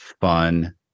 fun